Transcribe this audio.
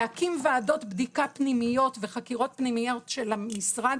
להקים ועדות בדיקה פנימיות וחקירות פנימיות של המשרד